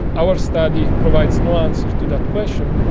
our study provides no answers to that question.